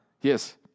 Yes